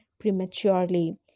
prematurely